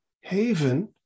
haven